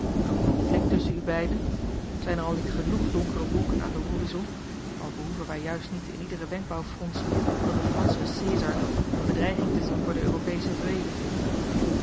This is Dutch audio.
een conflict tusschen u beiden zijn er al niet genoeg donkere wolken aan den horizon al behoeven wij juist niet in ieder wenkbrauwfronsen van den franschen caesar eene bedreiging te zien voor den europeeschen vrede